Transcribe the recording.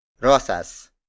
Rosas